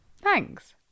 Thanks